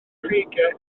creigiau